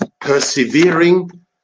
persevering